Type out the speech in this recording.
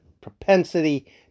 propensity